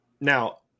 Now